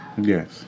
Yes